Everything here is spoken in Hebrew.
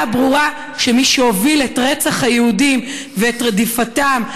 הברורה שמי שהוביל את רצח היהודים ואת רדיפתם,